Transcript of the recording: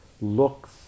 looks